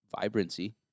vibrancy